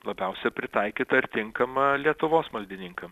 labiausiai pritaikyta ir tinkama lietuvos maldininkam